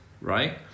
right